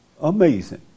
Amazing